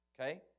Okay